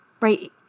right